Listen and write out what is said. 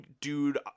dude